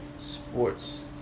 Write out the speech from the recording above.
Sports